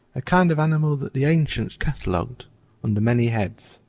a kind of animal that the ancients catalogued under many heads.